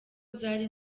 zari